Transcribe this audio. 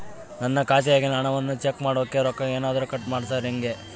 ನನ್ನ ಖಾತೆಯಾಗಿನ ಹಣವನ್ನು ಚೆಕ್ ಮಾಡೋಕೆ ರೊಕ್ಕ ಏನಾದರೂ ಕಟ್ ಮಾಡುತ್ತೇರಾ ಹೆಂಗೆ?